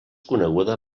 coneguda